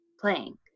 playing